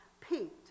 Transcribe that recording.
peaked